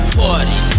party